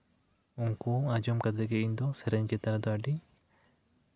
ᱩᱱᱠᱩ ᱟᱸᱡᱚᱢ ᱠᱟᱛᱮᱫ ᱜᱮ ᱤᱧ ᱫᱚ ᱥᱮᱨᱮᱧ ᱪᱮᱛᱟᱱ ᱨᱮᱫᱚ ᱟᱹᱰᱤ